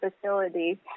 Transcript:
facility